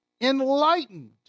enlightened